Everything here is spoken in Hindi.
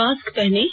मास्क पहनें